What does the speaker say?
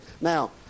Now